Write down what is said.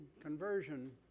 conversion